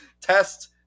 Test